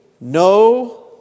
no